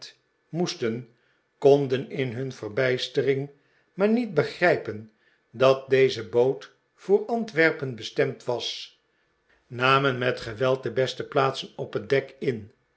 moesten konden in hun verbijstering maar niet begrrjpen dat deze boot voor antwerpen bestemd was namen met geweld de beste plaatsen op het dek in